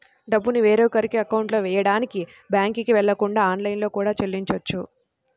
డబ్బుని వేరొకరి అకౌంట్లో వెయ్యడానికి బ్యేంకుకి వెళ్ళకుండా ఆన్లైన్లో కూడా చెల్లించొచ్చు